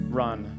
run